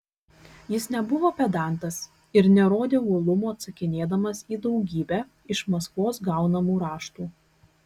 jis nebuvo pedantas ir nerodė uolumo atsakinėdamas į daugybę iš maskvos gaunamų raštų